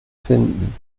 finden